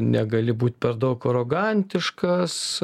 negali būt per daug arogantiškas